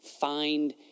find